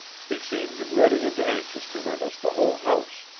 he seemed ready and anxious to rent us the whole house.